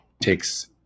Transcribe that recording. takes